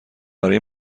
برای